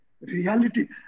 reality